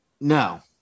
No